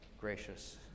gracious